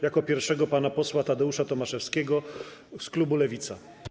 Jako pierwszego proszę pana posła Tadeusza Tomaszewskiego z klubu Lewica.